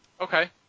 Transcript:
Okay